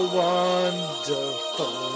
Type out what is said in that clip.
wonderful